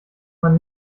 man